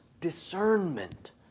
discernment